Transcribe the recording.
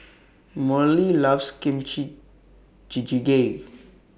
Merle loves Kimchi Jjigae